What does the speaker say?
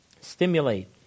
Stimulate